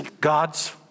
God's